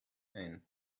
ein